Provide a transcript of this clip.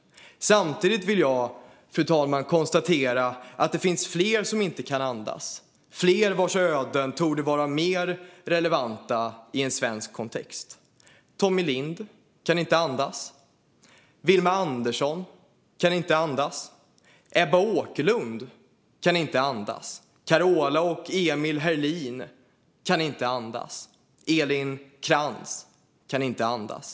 Samtidigt vill jag, fru talman, konstatera att det finns fler som inte kan andas och flera vars öden torde vara mer relevanta i en svensk kontext. Tommie Lindh kan inte andas. Wilma Andersson kan inte andas. Ebba Åkerlund kan inte andas. Carola och Emil Herlin kan inte andas. Elin Krantz kan inte andas.